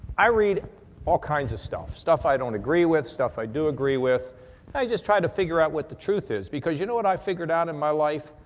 i read all kinds of stuff, stuff i don't agree with, stuff i do agree with and i just try to figure out what the truth is because you know what i figured out in my life,